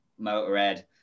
motorhead